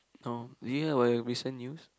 no did you hear about the recent news